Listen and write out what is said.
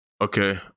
Okay